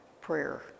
prayer